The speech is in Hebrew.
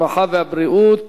הרווחה והבריאות